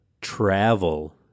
travel